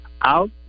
out